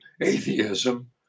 atheism